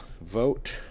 Vote